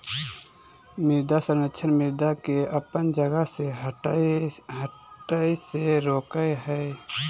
मृदा संरक्षण मृदा के अपन जगह से हठय से रोकय हइ